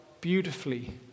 beautifully